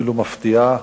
אפילו מפתיעה